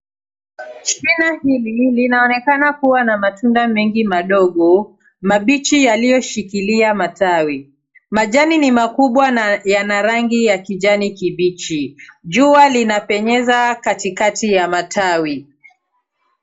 Shina hili linaonekana kuwa na matunda mengi madogo, mabichi yaliyoshikilia matawi. Majani ni makubwa na ya kijani kibichi. Jua linapenyeza katikati ya matawi.